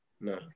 no